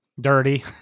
Dirty